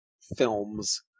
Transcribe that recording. Films